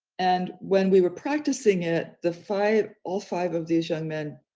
and when we were practicing it, the five, all five of these young men